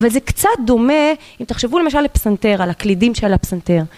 וזה קצת דומה, אם תחשבו למשל לפסנתר, על הקלידים שעל הפסנתר.